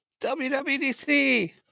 WWDC